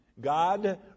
God